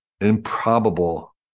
improbable